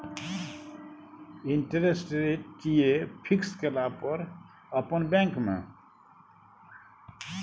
Interest rate कि ये fix केला पर अपन बैंक में?